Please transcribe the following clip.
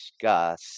discuss